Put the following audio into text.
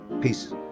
peace